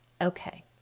Okay